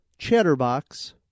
Chatterbox